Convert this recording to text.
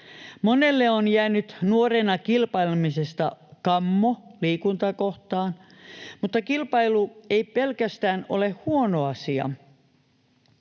Monelle on jäänyt nuorena kilpailemisesta kammo liikuntaa kohtaan, mutta kilpailu ja kilpaileminen ei